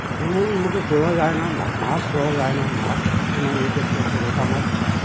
ডোন মোটে তোলা যায় না মাছ তোলা যায় না মাছ সবসময় ইয়ে করতে আছে রোকা মারছে